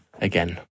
again